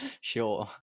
Sure